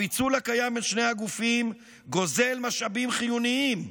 הפיצול הקיים בין שני הגופים גוזל משאבים חיוניים,